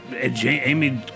Amy